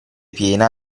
piena